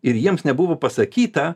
ir jiems nebuvo pasakyta